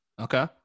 Okay